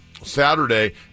Saturday